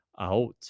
out